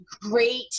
great